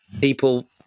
people